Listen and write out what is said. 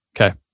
Okay